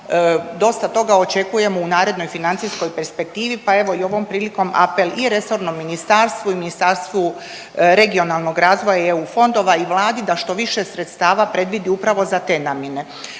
dosta toga očekujemo u narednoj financijskoj perspektivi, pa evo i ovom prilikom apel i resornom ministarstvu i Ministarstvu regionalnog razvoja i EU fondova i Vladi da što više sredstava predvidi upravo za te namjene.